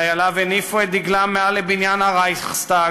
חייליו הניפו את דגלם מעל בניין הרייכסטאג